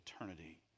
eternity